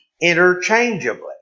interchangeably